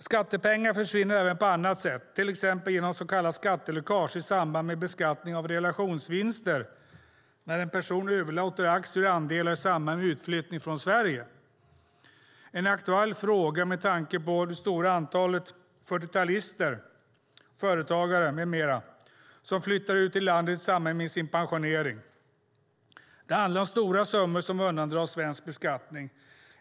Skattepengar försvinner även på annat sätt, till exempel genom så kallat skatteläckage i samband med beskattning av realisationsvinster när en person överlåter aktier och andelar i samband med utflyttning från Sverige. Det är en aktuell fråga med tanke på det stora antalet 40-talister, företagare med flera, som flyttar ut ur landet i samband med sin pensionering. Det handlar om stora summor som undandras svensk beskattning.